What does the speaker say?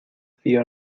fío